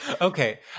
Okay